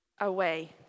away